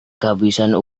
kehabisan